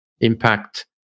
impact